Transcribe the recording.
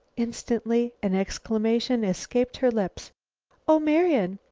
instantly an exclamation escaped her lips oh, marian!